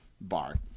Bar